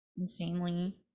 insanely